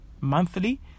monthly